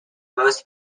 most